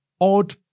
odd